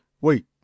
Wait